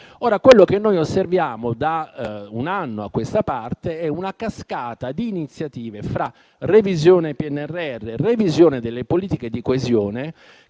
Quello che noi osserviamo da un anno a questa parte è una cascata di iniziative, fra revisione del PNRR e delle politiche di coesione,